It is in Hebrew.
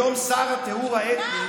היום שר הטיהור האתני,